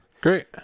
Great